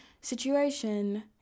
situation